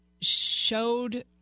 showed